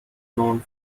known